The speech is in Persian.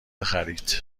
خرید